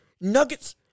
Nuggets